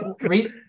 Read